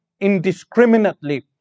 indiscriminately